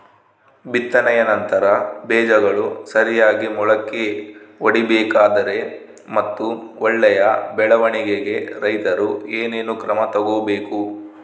ಬಿತ್ತನೆಯ ನಂತರ ಬೇಜಗಳು ಸರಿಯಾಗಿ ಮೊಳಕೆ ಒಡಿಬೇಕಾದರೆ ಮತ್ತು ಒಳ್ಳೆಯ ಬೆಳವಣಿಗೆಗೆ ರೈತರು ಏನೇನು ಕ್ರಮ ತಗೋಬೇಕು?